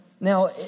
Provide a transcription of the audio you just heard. Now